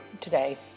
today